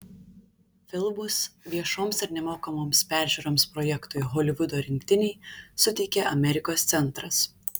filmus viešoms ir nemokamoms peržiūroms projektui holivudo rinktiniai suteikė amerikos centras